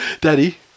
Daddy